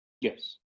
Yes